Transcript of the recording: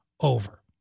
over